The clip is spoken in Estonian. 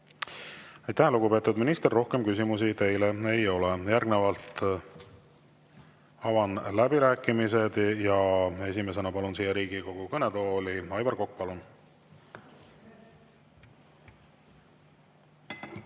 lugupeetud minister! Rohkem küsimusi teile ei ole. Järgnevalt avan läbirääkimised. Esimesena palun siia Riigikogu kõnetooli Aivar Koka. Palun!